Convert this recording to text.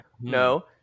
No